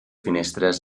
finestres